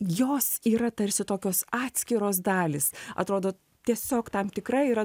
jos yra tarsi tokios atskiros dalys atrodo tiesiog tam tikrai yra